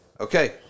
Okay